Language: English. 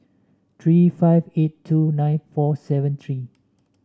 three five eight two nine four seven three